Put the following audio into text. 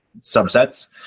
subsets